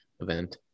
event